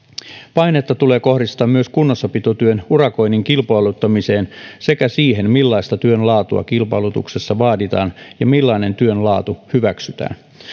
painetta tulee kohdistaa myös kunnossapitotyön urakoinnin kilpailuttamiseen sekä siihen millaista työnlaatua kilpailutuksessa vaaditaan ja millainen työnlaatu hyväksytään